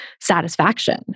satisfaction